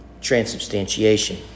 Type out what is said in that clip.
transubstantiation